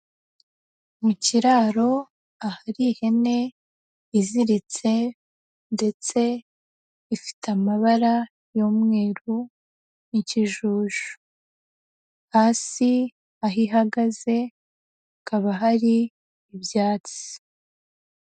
Mu kiraro ahari ihene iziritse ndetse ifite amabara y'umweru n'ikijuju. Hasi aho ihagaze hakaba hari ibyatsi.